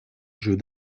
jeux